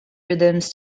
rhythms